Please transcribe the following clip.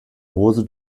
hose